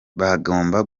bagomba